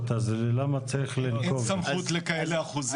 אז למה --- אין סמכות בכאלה אחוזים.